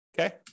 okay